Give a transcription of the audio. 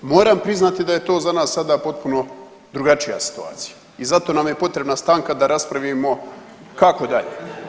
Moram priznati da je to za nas sada potpuno drugačija situacija i zato nam je potrebna stanka da raspravimo kako dalje.